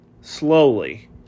slowly